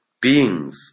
beings